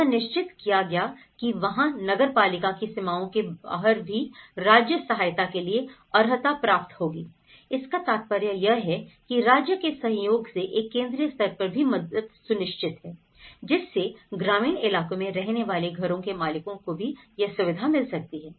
यह निश्चित किया गया कि वहां नगरपालिका की सीमाओं के बाहर भी राज्य सहायता के लिए अर्हता प्राप्त होगी इसका तात्पर्य यह है की राज्य के सहयोग से एक केंद्रीय स्तर पर भी मदद सुनिश्चित है जिससे ग्रामीण इलाकों में रहने वाले घरों के मालिकों को भी यह सुविधा मिल सकती है